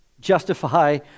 justify